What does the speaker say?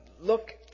Look